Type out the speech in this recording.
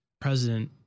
president